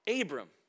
Abram